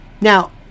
Now